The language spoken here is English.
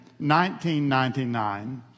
1999